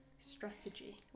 strategy